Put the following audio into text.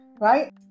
right